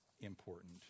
important